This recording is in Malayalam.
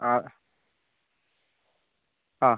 ആ ആ